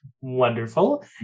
Wonderful